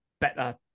better